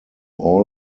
all